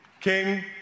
king